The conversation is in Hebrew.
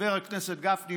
חבר הכנסת גפני,